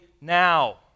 now